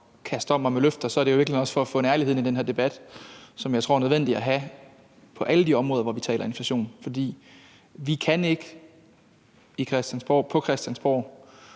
kaster om mig med løfter, er det jo i virkeligheden også for at få en ærlighed ind i den her debat, som jeg tror er nødvendig at have på alle de områder, hvor vi taler inflation. For vi kan ikke på Christiansborg,